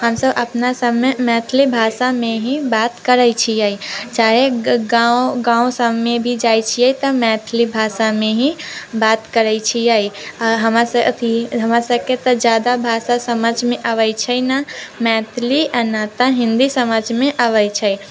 हम सभ अपना सभमे मैथिली भाषामे ही बात करै छियै चाहे गाँव गाँव सभमे भी जाइ छियै तऽ मैथिली भाषामे ही बात करै छियै आ हमरा सभके अथि हमरा सभके तऽ जादा भाषा समझमे अबै छै न मैथिली आ न तऽ हिन्दी समझमे अबै छै